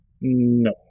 No